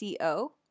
co